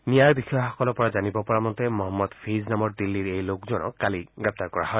নিয়াৰ বিষয়াসকলৰ পৰা জানিব পৰা মতে মহম্মদ ফেইজ নামৰ দিল্লীৰ এই লোকজনক কালি গ্ৰেপ্তাৰ কৰা হয়